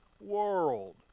world